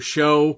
Show